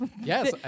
Yes